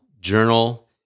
journal